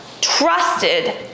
trusted